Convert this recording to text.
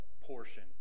portion